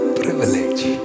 privilege